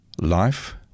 life